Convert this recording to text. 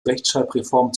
rechtschreibreform